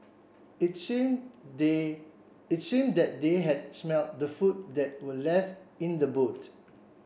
it seem they it seem that they had smelt the food that were left in the boot